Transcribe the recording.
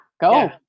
go